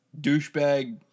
douchebag